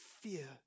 fear